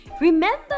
Remember